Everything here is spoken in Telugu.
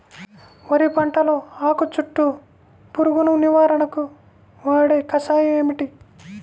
వరి పంటలో ఆకు చుట్టూ పురుగును నివారణకు వాడే కషాయం ఏమిటి?